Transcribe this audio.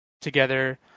together